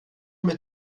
mit